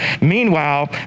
Meanwhile